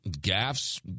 Gaffs